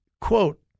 quote